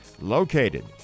located